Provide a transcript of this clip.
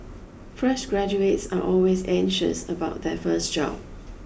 fresh graduates are always anxious about their first job